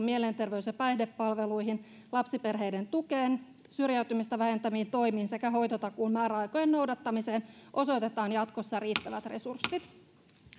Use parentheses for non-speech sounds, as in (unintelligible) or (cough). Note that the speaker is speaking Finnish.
(unintelligible) mielenterveys ja päihdepalveluihin lapsiperheiden tukeen syrjäytymistä vähentäviin toimiin sekä hoitotakuun määräaikojen noudattamiseen osoitetaan jatkossa riittävät resurssit